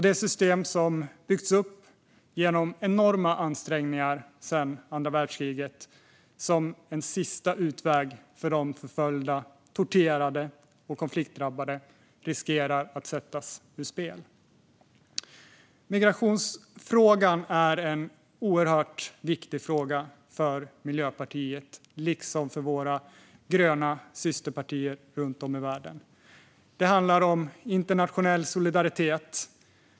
Det system som byggts upp genom enorma ansträngningar sedan andra världskriget som en sista utväg för de förföljda, torterade och konfliktdrabbade riskerar att sättas ur spel. Migrationsfrågan är en oerhört viktig fråga för Miljöpartiet liksom för våra gröna systerpartier runt om i världen. Det handlar om internationell solidaritet.